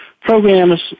programs